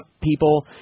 people